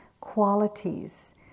qualities